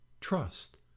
trust